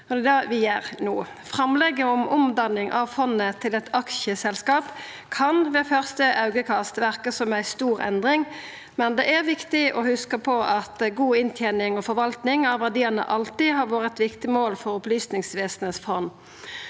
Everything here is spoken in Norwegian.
Det er det vi gjer no. Framlegget om omdanning av fondet til eit aksjeselskap kan ved første augekast verka som ei stor endring, men det er viktig å hugsa på at god inntening og forvalting av verdiane alltid har vore eit viktig mål for Opplysningsvesenets fond.